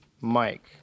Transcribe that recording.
Mike